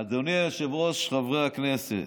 אדוני היושב-ראש, חברי הכנסת,